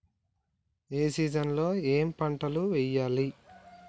ఏ season లో ఏం పంటలు వెయ్యాలి?